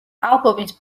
ალბომის